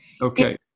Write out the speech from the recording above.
Okay